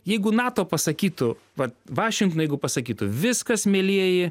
jeigu nato pasakytų vat vašingtonui pasakytų viskas mielieji